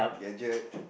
gadget